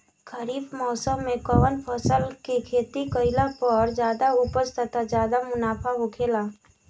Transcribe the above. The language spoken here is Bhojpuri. खरीफ़ मौसम में कउन फसल के खेती कइला पर ज्यादा उपज तथा ज्यादा मुनाफा होखेला?